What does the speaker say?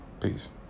Peace